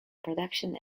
production